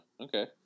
okay